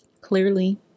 clearly